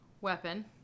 weapon